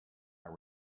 are